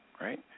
Right